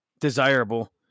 desirable